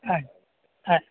ಆಯ್ತು ಆಯ್ತ್